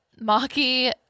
Maki